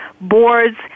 boards